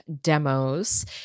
demos